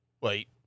wait